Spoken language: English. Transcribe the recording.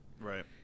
Right